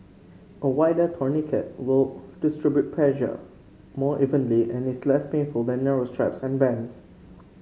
a wider tourniquet will distribute pressure more evenly and is less painful than narrow straps and bands